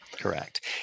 Correct